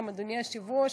אדוני היושב-ראש,